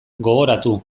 gogoratu